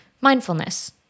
mindfulness